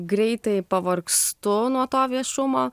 greitai pavargstu nuo to viešumo